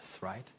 right